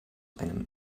einem